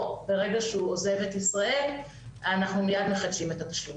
או ברגע שהוא עוזב את ישראל אנחנו מייד מחדשים את הרישום.